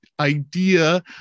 idea